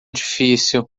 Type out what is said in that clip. difícil